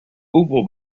hubo